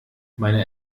meine